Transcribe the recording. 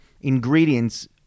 ingredients